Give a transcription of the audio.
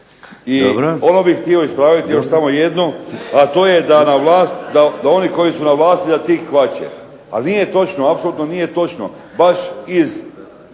I ono bih htio ispraviti još samo jednu, a to je da oni koji su na vlasti da ti kvače. Ali nije točno, apsolutno nije točno. Baš iz